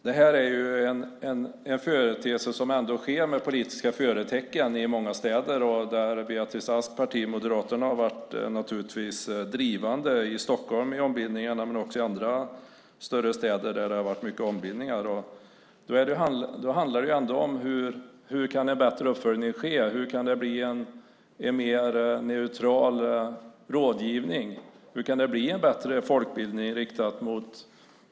Det här är en företeelse som sker med politiska förtecken i många städer. Beatrice Asks parti Moderaterna har varit drivande, i Stockholm i ombildningarna men också i andra större städer där det har varit mycket ombildningar. Det handlar om hur en bättre uppföljning kan ske och hur det kan bli en mer neutral rådgivning och en bättre folkbildning.